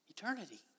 eternity